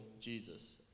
Jesus